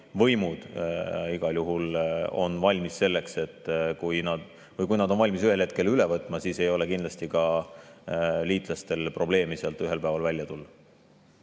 võimud igal juhul on valmis selleks, et kui nad suudavad ühel hetkel [kontrolli] üle võtta, siis ei ole kindlasti liitlastel probleemi sealt ühel päeval välja tulla.